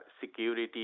security